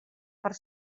per